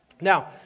Now